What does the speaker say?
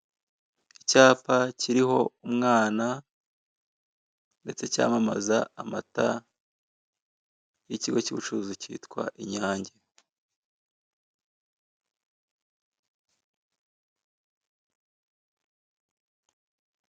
Icyapa kiriho umwana, ndetse cyamamaza amata y'ikigo cy'ubucuruzi cyitwa inyange.